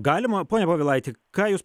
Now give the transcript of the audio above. galima pone povilaiti ką jūs